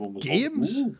games